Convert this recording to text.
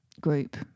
group